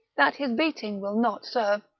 that his beating will not serve,